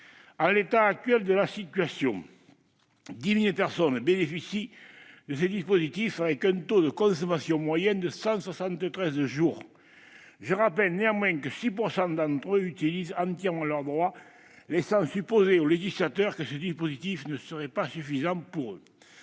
En l'état actuel de la situation, 10 000 personnes bénéficient de ces dispositifs, avec un taux de consommation moyen de 173 jours. Je rappelle néanmoins que 6 % d'entre eux utilisent entièrement leurs droits, ce qui laisse supposer au législateur que ces dispositifs ne seraient pas suffisants pour eux.